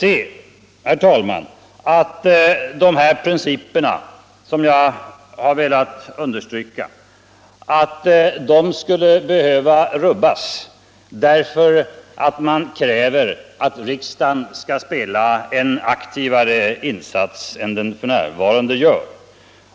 Jag kan, herr talman, inte finna att de här principerna, som jag velat understryka, skulle behöva rubbas därför att man kräver att riksdagen skall spela en aktivare roll än den f.n. gör.